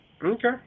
Okay